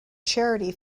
charity